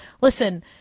listen